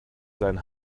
sein